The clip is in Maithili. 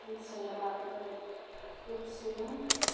सूट सलवारके सूट सीलहुँ